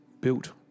built